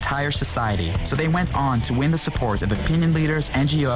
זאת אומרת שאם האדם מנקה אני פעם הלכתי עם קבוצת חיילים בזיקים,